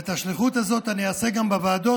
ואת השליחות הזאת אני אעשה גם בוועדות,